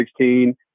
2016